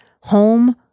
home